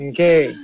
Okay